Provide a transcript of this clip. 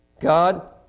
God